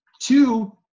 Two